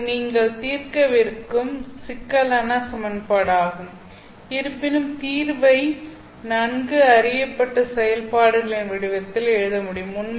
இது நீங்கள் தீர்க்கவிருக்கும் சிக்கலான சமன்பாடாகும் இருப்பினும் தீர்வை நன்கு அறியப்பட்ட செயல்பாடுகளின் வடிவத்தில் எழுத முடியும்